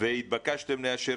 והתבקשתם לאשר